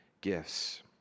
gifts